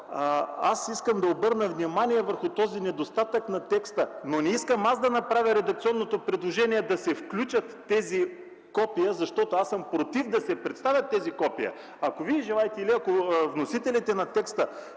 аз искам да обърна внимание върху този недостатък на текста, но не искам аз да правя редакционно предложение да се включат тези копия, защото аз съм против дори да се представят тези копия. Ако Вие желаете